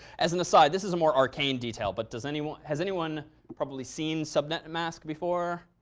as an aside. this is a more arcane detail. but does anyone has anyone probably seen subnet mask before?